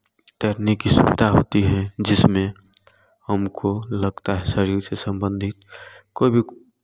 तैरने की सुविधा होती है जिसमें हम को लगता है शरीर से संबंधित कोई भी